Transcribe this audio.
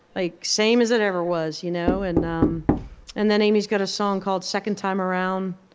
like same as it ever was you know and um and then amy's got a song called second time around.